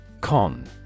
Con